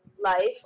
Life